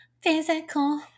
Physical